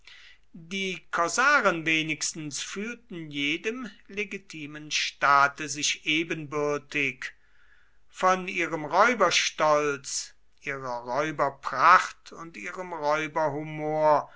die korsaren wenigstens fühlten jedem legitimen staate sich ebenbürtig von ihrem räuberstolz ihrer räuberpracht und ihrem